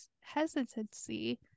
hesitancy